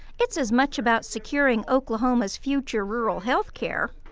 it's as much about securing oklahoma's future rural health care,